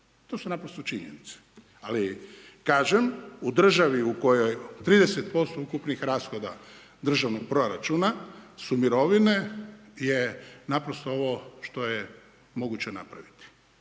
To su naprosto činjenice. Ali kažem, u državi u kojoj 30% ukupnih rashoda državnog proračuna su mirovine je naprosto ovo što je moguće napraviti